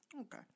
Okay